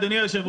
אדוני,